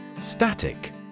Static